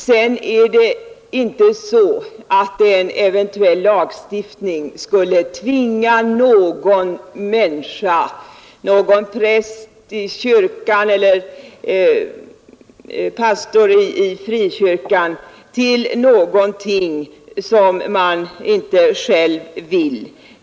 Det är inte så att en eventuell lagstiftning skulle tvinga någon människa — någon präst i kyrkan eller pastor i frikyrkan — till någonting som vederbörande inte själv vill.